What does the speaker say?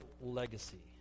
legacy